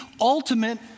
ultimate